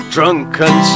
Drunken